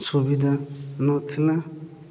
ସୁବିଧା ନଥିଲା